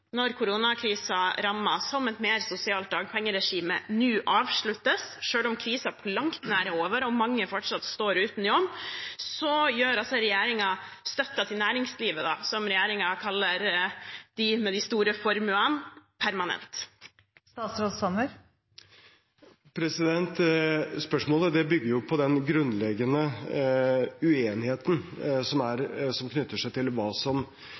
som et mer sosialt dagpengeregime, nå avsluttes, selv om krisen på langt nær er over og mange fortsatt står uten jobb, så gjør altså regjeringen støtten til næringslivet – som regjeringen kaller dem med de store formuene – permanent? Spørsmålet bygger på den grunnleggende uenigheten som knytter seg til hva som